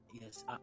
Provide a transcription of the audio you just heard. Yes